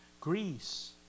Greece